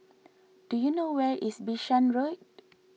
do you know where is Bishan Road